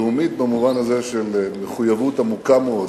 לאומית במובן הזה של מחויבות עמוקה מאוד